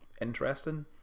interesting